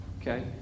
Okay